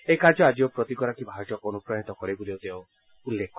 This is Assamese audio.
এই কাৰ্যই আজিও প্ৰতিগৰাকী ভাৰতীয়ক অনুপ্ৰাণিত কৰে বুলিও তেওঁ উল্লেখ কৰে